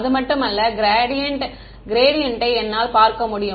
அது மட்டுமல்ல க்ராடியன்ட் திசைகளை என்னால் பார்க்க முடியும்